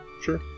sure